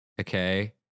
Okay